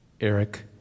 Eric